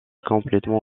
complètement